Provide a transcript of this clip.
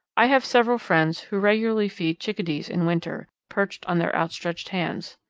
i have several friends who regularly feed chickadees in winter, perched on their outstretched hands.